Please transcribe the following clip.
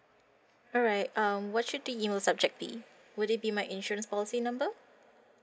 alright um what should the email subject be would it be my insurance policy number